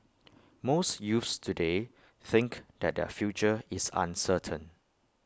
most youths today think that their future is uncertain